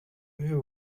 you